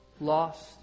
lost